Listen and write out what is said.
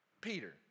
Peter